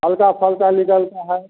हल्का फलका निकलता है